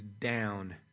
down